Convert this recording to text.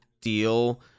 deal